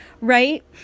right